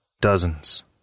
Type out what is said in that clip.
Dozens